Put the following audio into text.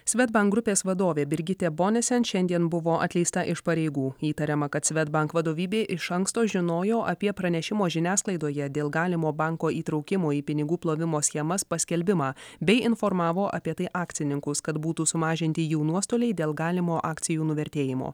svedbank grupės vadovė birgitė bonisen šiandien buvo atleista iš pareigų įtariama kad svedbank vadovybė iš anksto žinojo apie pranešimo žiniasklaidoje dėl galimo banko įtraukimo į pinigų plovimo schemas paskelbimą bei informavo apie tai akcininkus kad būtų sumažinti jų nuostoliai dėl galimo akcijų nuvertėjimo